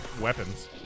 weapons